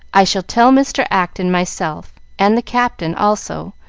i shall tell mr. acton myself, and the captain, also,